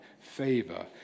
favor